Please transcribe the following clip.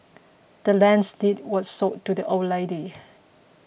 the land's deed was sold to the old lady